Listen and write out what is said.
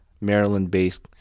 Maryland-based